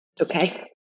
Okay